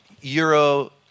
Euro